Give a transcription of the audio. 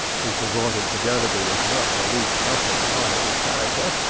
whose devoted fidelity is not the least touching part of his character,